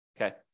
Okay